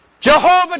Jehovah